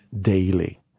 daily